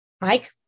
Mike